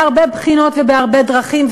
מהרבה בחינות ובהרבה דרכים,